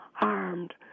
armed